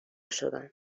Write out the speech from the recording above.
شدم